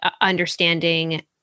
understanding